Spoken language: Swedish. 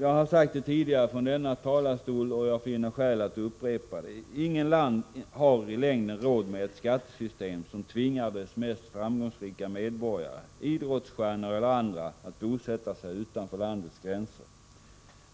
Jag har sagt det tidigare från denna talarstol, men jag finner skäl att upprepa det. Inget land har i längden råd med ett skattesystem som tvingar dess mest framgångsrika medborgare, idrottsstjärnor eller andra, att bosätta sig utanför landets gränser.